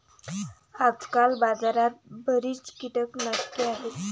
आजकाल बाजारात बरीच कीटकनाशके आहेत